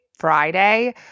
Friday